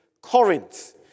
Corinth